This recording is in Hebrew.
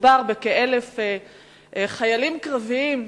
שמדובר בכ-1,000 חיילים קרביים,